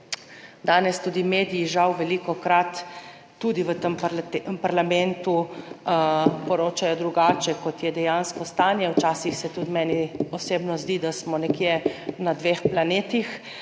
Danes tudi mediji žal velikokrat tudi v tem parlamentu poročajo drugače, kot je dejansko stanje. Včasih se tudi meni osebno zdi, da smo nekje na dveh planetih,